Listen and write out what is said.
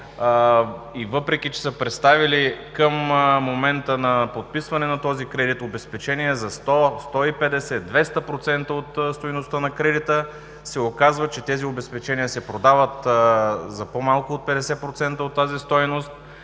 И въпреки че са представили към момента на подписване на този кредит обезпечения за 100, 150, 200% от стойността на кредита, се оказва, че тези обезпечения се продават за по-малко от 50% от тази стойност